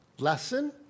Lesson